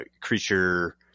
Creature